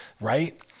right